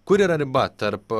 kur yra riba tarp